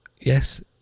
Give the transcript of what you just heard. Yes